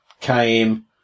came